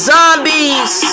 Zombies